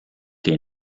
che